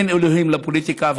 אין אלוהים בפוליטיקה,